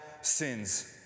sins